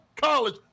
college